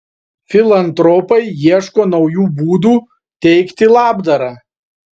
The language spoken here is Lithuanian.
filantropai ieško naujų būdų teikti labdarą